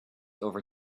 over